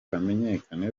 hamenyekane